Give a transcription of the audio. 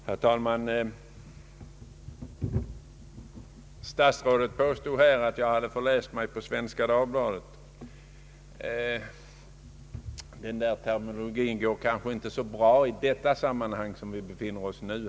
Herr talman! Statsrådet påstod att jag hade förläst mig på Svenska Dagbladet. Den terminoiogin går kanske inie så bra i det sammanhang vi nu befinner oss i!